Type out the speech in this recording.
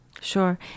Sure